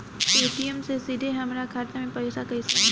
Paytm से सीधे हमरा खाता मे पईसा कइसे आई?